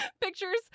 pictures